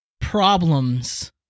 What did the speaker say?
problems